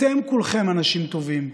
אתם כולכם אנשים טובים,